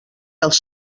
als